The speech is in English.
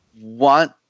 want